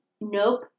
Nope